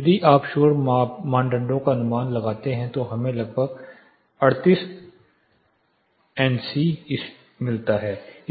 यदि आप शोर मानदंड का अनुमान लगाते हैं तो हमें लगभग 38 एनसी